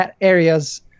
areas